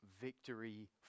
victory